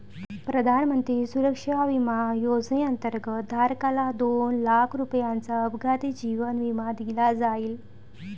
प्रधानमंत्री सुरक्षा विमा योजनेअंतर्गत, धारकाला दोन लाख रुपयांचा अपघाती जीवन विमा दिला जाईल